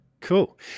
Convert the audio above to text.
Cool